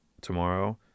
tomorrow